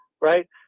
right